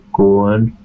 good